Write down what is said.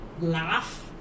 laugh